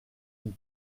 une